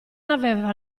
aveva